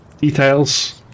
Details